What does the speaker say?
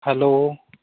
hello